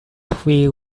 three